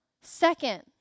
Second